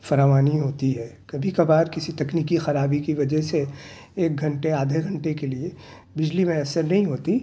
فراوانی ہوتی ہے کبھی کبھار کسی تکنیکی خرابی کی وجہ سے ایک گھنٹے آدھا گھنٹے کے لیے بجلی میسر نہیں ہوتی